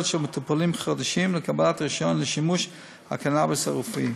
של מטופלים חדשים לקבל רישיון לשימוש בקנאביס רפואי.